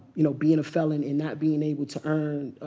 you know, being a felon and not being able to earn, ah,